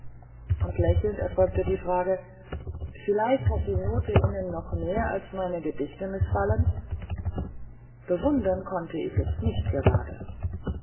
und lächelnd erfolgte die frage vielleicht hat die note ihnen noch mehr als meine gedichte mißfallen bewundern konnte ich es nicht gerade